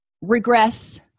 regress